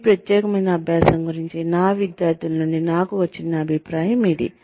ఈ ప్రత్యేకమైన అభ్యాసం గురించి నా విద్యార్థుల నుండి నాకు వచ్చిన అభిప్రాయం ఇది